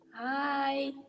Hi